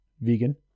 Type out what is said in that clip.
Vegan